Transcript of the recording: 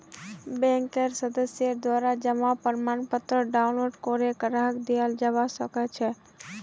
बैंकेर सदस्येर द्वारा जमा प्रमाणपत्र डाउनलोड करे ग्राहकक दियाल जबा सक छह